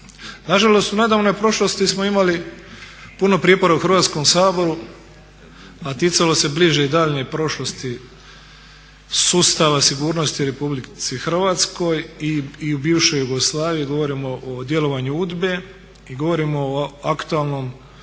Nažalost u nedavnoj prošlosti smo imali puno prijepora u Hrvatskom saboru a ticalo se bliže i daljnje prošlosti sustava sigurnosti Republici Hrvatskoj i bivšoj Jugoslaviji, govorimo o djelovanju UDBA-e i govorimo o aktualnom